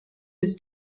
his